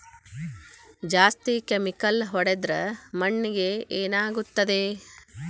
ಜಾಸ್ತಿ ಕೆಮಿಕಲ್ ಹೊಡೆದ್ರ ಮಣ್ಣಿಗೆ ಏನಾಗುತ್ತದೆ?